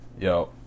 yo